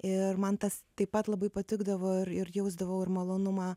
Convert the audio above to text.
ir mantas taip pat labai patikdavo ir ir jausdavau ir malonumą